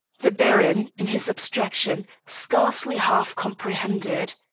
the baron, in his abstraction, scarcely half comprehended.